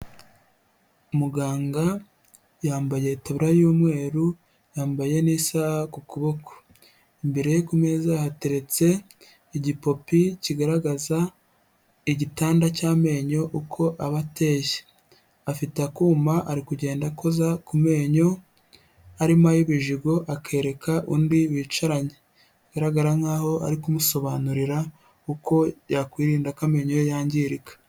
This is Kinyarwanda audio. Muganga yambaye itaburiya y'umweru, yambaye n'isaha ku kuboko, imbere kumeza hateretse igipope kigaragaza igitanda cy'amenyo uko aba ateye, afite akuma ari kugenda akoza ku menyo harimo ay'ibijigo akereka undi bicaranye bgaragara nkaho ari kumusobanurira uko yakwirinda ko amenyo ye yangirika.